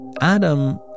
Adam